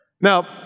Now